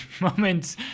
moment